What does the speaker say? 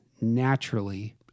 naturally